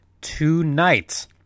tonight